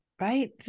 right